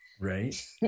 Right